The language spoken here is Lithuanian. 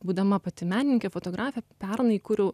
būdama pati menininkė fotografė pernai kuriau